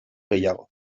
gehiago